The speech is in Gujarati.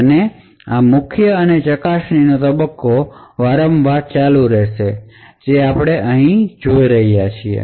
અને આ મુખ્ય અને ચકાસણીનો તબક્કો વારંવાર ચાલુ રહે છે જે આપણે અહીં જોઈએ છીએ